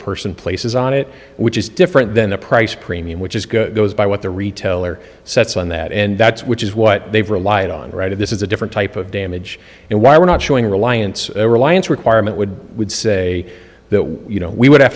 person places on it which is different than the price premium which is goes by what the retailer sets on that end that's which is what they've relied on right of this is a different type of damage and why we're not showing reliance reliance requirement would would say that you know we would have